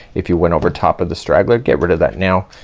if you went over top of the straggler get rid of that now,